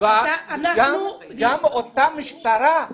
גם אותה משטרה,